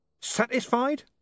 Satisfied